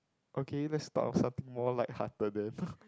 okay let's talk about something more light hearted then